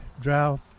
drought